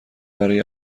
برای